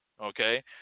okay